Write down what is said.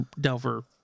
Delver